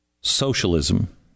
socialism